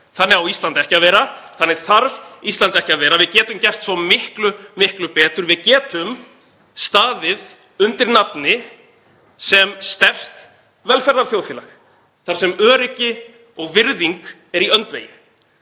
Þannig á Ísland ekki að vera. Þannig þarf Ísland ekki að vera. Við getum gert svo miklu betur. Við getum staðið undir nafni sem sterkt velferðarþjóðfélag þar sem öryggi og virðing er í öndvegi.